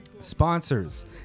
sponsors